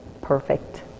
perfect